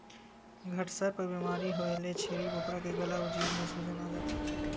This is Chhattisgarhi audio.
घटसर्प बेमारी होए ले छेरी बोकरा के गला अउ जीभ म सूजन आ जाथे